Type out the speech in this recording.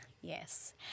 Yes